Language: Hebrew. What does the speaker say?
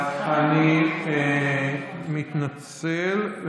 אני מתנצל.